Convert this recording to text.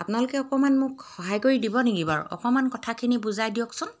আপোনালোকে অকণমান মোক সহায় কৰি দিব নেকি বাৰু অকণমান কথাখিনি বুজাই দিয়কচোন